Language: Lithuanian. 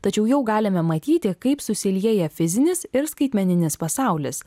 tačiau jau galime matyti kaip susilieja fizinis ir skaitmeninis pasaulis